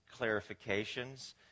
clarifications